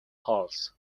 halls